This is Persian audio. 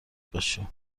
باشی